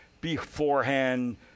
beforehand